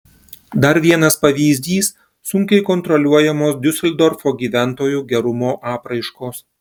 dar vienas pavyzdys sunkiai kontroliuojamos diuseldorfo gyventojų gerumo apraiškos